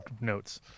notes